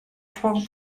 teure